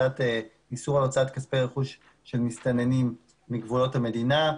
איסור על הוצאת כספי רכוש של מסתננים מגבולות המדינה,